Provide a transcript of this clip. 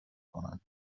کنم